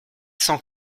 cent